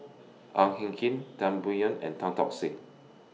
Ang Hin Kee Tan Biyun and Tan Tock Seng